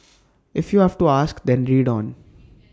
if you have to ask then read on